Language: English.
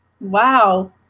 Wow